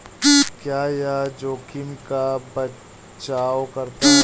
क्या यह जोखिम का बचाओ करता है?